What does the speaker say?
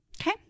Okay